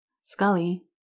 Scully